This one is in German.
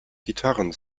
gitarren